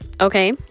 okay